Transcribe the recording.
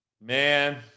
man